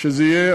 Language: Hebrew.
שזה יהיה,